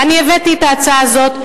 ואני הבאתי את ההצעה הזאת,